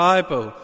Bible